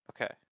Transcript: Okay